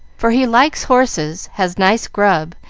for he likes horses, has nice grub,